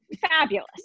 fabulous